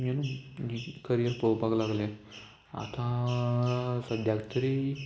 career पोवपाक लागले आतां सद्याक तरी